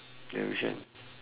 ya which one